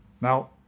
Now